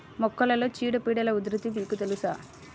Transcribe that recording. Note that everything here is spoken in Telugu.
మొక్కలలో చీడపీడల ఉధృతి మీకు తెలుసా?